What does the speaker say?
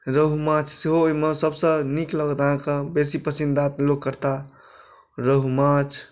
रोहू माछ सेहो ओहिमे सभसँ नीक लागत अहाँके बेसी पसन्द आयत लोक करताह रोहू माछ